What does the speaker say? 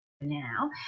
now